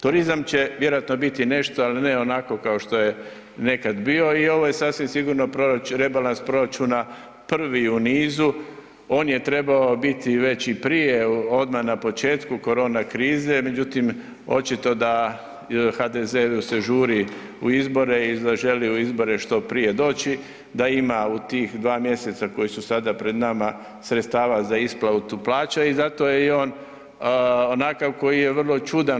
Turizam će vjerojatno biti nešto, al ne onako kao što je nekad bio i ovo je sasvim sigurno rebalans proračuna prvi u nizu, on je trebao biti već i prije, odma na početku korona krize, međutim, očito da HDZ-u se žuri u izbore i zaželio u izbore što prije doći da ima, u tih dva mjeseca koji su sada pred nama, sredstava za isplatu plaća i zato je i on onakav koji je vrlo čudan.